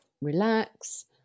relax